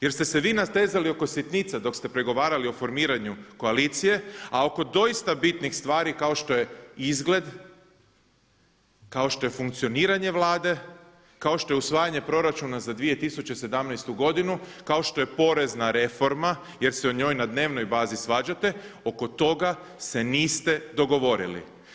Jer ste se vi natezali oko sitnica dok ste pregovarali o formiranju koalicije, a oko doista bitnih stvari kao što je izgled, kao što je funkcioniranje Vlade, kao što je usvajanje proračuna za 2017. godinu, kao što je porezna reforma jer se o njoj na dnevnoj bazi svađate, oko toga se niste dogovorili.